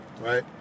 right